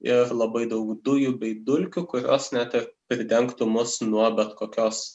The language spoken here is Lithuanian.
ir labai daug dujų bei dulkių kurios net ir pridengtų mus nuo bet kokios